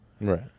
Right